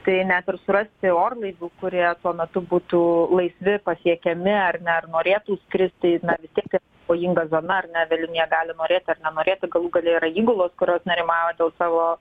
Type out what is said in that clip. tai net ir surasti orlaivių kurie tuo metu būtų laisvi pasiekiami ar ne ar norėtų skristi na vis tiek tai pavojinga zona ar ne avialinija gali norėti ar nenorėti galų gale yra įgulos kurios nerimauja dėl savo